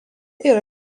yra